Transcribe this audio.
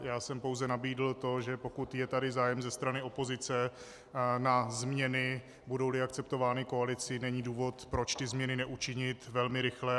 Já jsem pouze nabídl to, že pokud je tady zájem ze strany opozice na změny, budouli akceptovány koalicí, není důvod, proč ty změny neučinit velmi rychle.